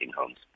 homes